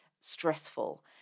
stressful